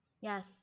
Yes